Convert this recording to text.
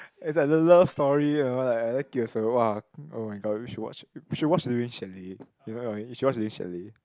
it's like the love story you know like I like it also [wah] oh-my-god you should watch should watch during chalet you know you should watch during chalet